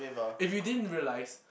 if you didn't realise